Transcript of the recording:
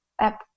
app